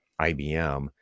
IBM